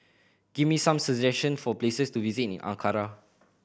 give me some suggestion for places to visit in Ankara